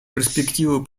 перспективу